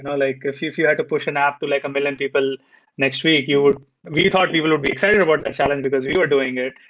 and like if you if you had to push an app to like a million people next week, you would really thought people would be excited about that and challenge because you're doing it,